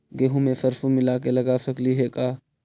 गेहूं मे सरसों मिला के लगा सकली हे का?